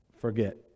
forget